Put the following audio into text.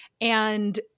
and-